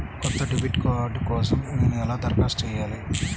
కొత్త debit card కోసం నేను ఎలా దరఖాస్తు చేయాలి?